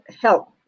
help